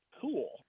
cool